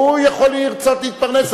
הוא יכול לרצות להתפרנס,